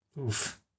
Oof